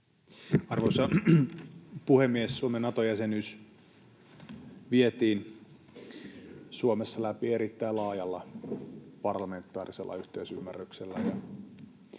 Arvoisa puhemies! Suomen Nato-jäsenyys vietiin Suomessa läpi erittäin laajalla parlamentaarisella yhteisymmärryksellä,